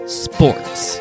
sports